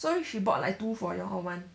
so she bought like two for you all or one